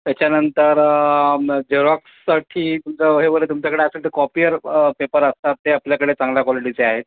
त्याच्यानंतर जेरॉक्ससाठी तुमचं हे बर तुमच्याकडे असेल ते कॉपियर पेपर असतात ते आपल्याकडे चांगल्या क्वालिटीचे आहेत